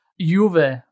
Juve